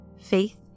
faith